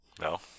No